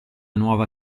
nuova